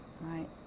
right